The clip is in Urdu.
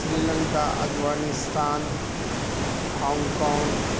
Sri Lanka Afghanistan Hong Kong